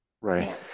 Right